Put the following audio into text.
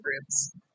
groups